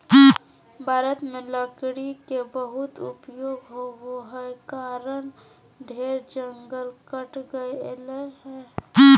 भारत में लकड़ी के बहुत उपयोग होबो हई कारण ढेर जंगल कट गेलय हई